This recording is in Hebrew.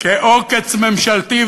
כעוקץ ממשלתי,